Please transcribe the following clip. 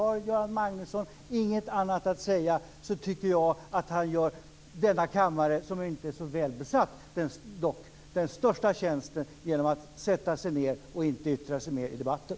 Om Göran Magnusson inte har något annat att säga, tycker jag att han gör denna kammare, som inte är så välbesatt, den största tjänsten genom att sätta sig ned och inte yttra sig mer i debatten.